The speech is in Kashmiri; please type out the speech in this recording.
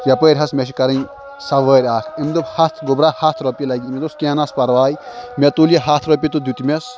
یَپٲرۍ حظ مےٚ چھےٚ کَرٕنۍ سَوٲرۍ اَکھ أمۍ دوٚپ ہَتھ گوٚبرہ ہَتھ روٚپیہِ لَگی مےٚ دوٚپُس کینٛہہ نہٕ حظ پرواے مےٚ تُلۍ یہِ ہَتھ روٚپیہِ تہٕ دیٚتمَس